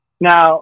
Now